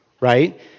Right